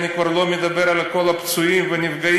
אני כבר לא מדבר על כל הפצועים והנפגעים.